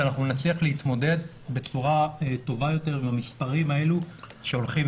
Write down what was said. נצליח להתמודד בצורה טובה יותר במספרים האלו שהולכים